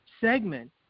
segment